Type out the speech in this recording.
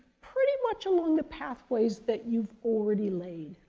pretty much along the pathways that you've already laid.